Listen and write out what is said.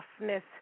roughness